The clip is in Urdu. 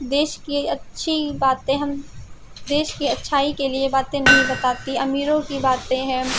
دیش کی اچھی باتیں ہم دیش کی اچھائی کے لیے باتیں نہیں بتاتی امیروں کی باتیں ہیں